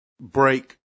break